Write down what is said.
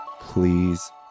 please